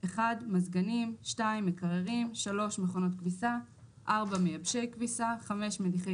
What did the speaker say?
מזגנים מקררים מכונות כביסה מייבשי כביסה מדיחי